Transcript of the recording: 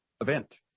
event